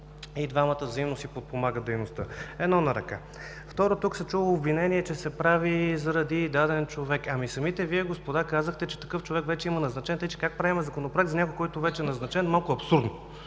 Двамата взаимно подпомагат дейността си – едно на ръка. Второ, тук се чува обвинение, че се прави заради даден човек. Ами самите Вие, господа, казахте, че такъв човек вече има назначен, така че как правим Законопроект за някой, който вече е назначен – малко е абсурдно